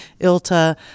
ILTA